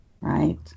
Right